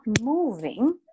moving